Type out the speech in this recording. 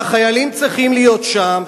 והחיילים צריכים להיות שם,